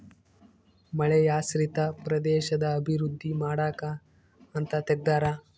ಮಳೆಯಾಶ್ರಿತ ಪ್ರದೇಶದ ಅಭಿವೃದ್ಧಿ ಮಾಡಕ ಅಂತ ತೆಗ್ದಾರ